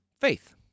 faith